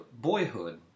boyhood